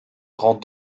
rend